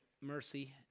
mercy